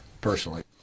personally